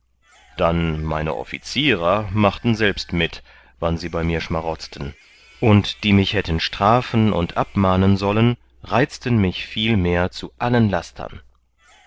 dann meine offizierer machten selbst mit wann sie bei mir schmarotzten und die mich hätten strafen und abmahnen sollen reizten mich vielmehr zu allen lastern